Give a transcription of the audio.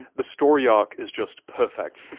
the story arc is just perfect.